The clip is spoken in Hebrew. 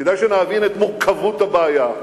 כדאי שנבין את מורכבות הבעיה.